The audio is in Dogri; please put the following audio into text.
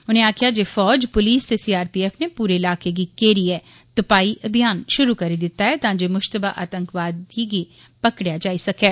उनें आक्खेआ जे फौज पुलस ते सीआरपीएफ ने पूरे ईलाकें गी घेरियै तुआई अभियान शुरू करी दित्ता ऐ तां जे मुश्तबा आतंकवादिए फगड़ेआ जाई सकै